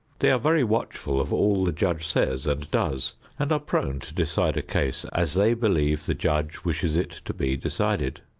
they are very watchful of all the judge says and does and are prone to decide a case as they believe the judge wishes it to be decided.